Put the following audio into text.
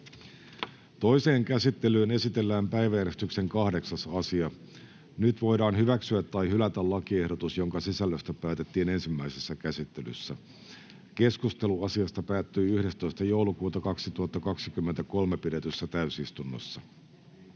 Toiseen käsittelyyn esitellään päiväjärjestyksen 9. asia. Nyt voidaan hyväksyä tai hylätä lakiehdotus, jonka sisällöstä päätettiin ensimmäisessä käsittelyssä. Keskustelu asiasta päättyi 11.12.2023 pidetyssä täysistunnossa.